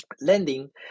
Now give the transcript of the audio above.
lending